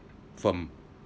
firm